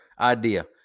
idea